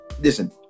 Listen